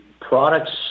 Products